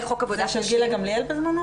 של גילה גמליאל בזמנו?